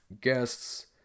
guests